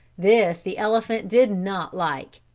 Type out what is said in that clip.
this the elephant did not like.